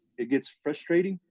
it gets frustrating,